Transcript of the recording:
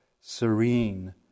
serene